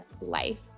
life